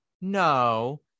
no